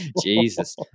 Jesus